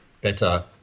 better